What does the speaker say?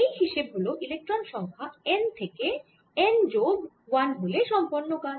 এই হিসেব হল ইলেক্ট্রন সংখ্যা n থেকে n যোগ 1 হলে সম্পন্ন কাজ